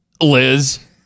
Liz